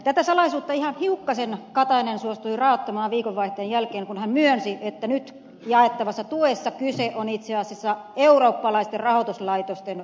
tätä salaisuutta ihan hiukkasen katainen suostui raottamaan viikonvaihteen jälkeen kun hän myönsi että nyt jaettavassa tuessa kyse on itse asiassa eurooppalaisten rahoituslaitosten pelastusoperaatiosta